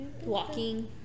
Walking